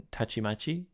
Tachimachi